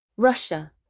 Russia